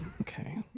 okay